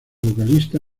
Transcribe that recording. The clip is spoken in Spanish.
vocalista